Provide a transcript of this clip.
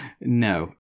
No